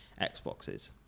Xboxes